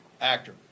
actor